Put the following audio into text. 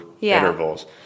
intervals